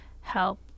help